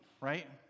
Right